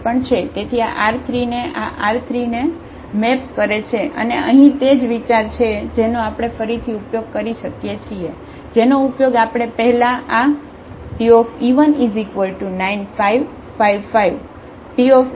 તેથી આ R3 ને આ R3 ને મેપ કરે છે અને અહીં તે જ વિચાર છે જેનો આપણે ફરીથી ઉપયોગ કરી શકીએ છીએ જેનો ઉપયોગ આપણે પહેલાં આ Te19555